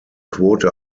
quote